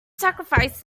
sacrifice